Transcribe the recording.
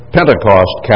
Pentecost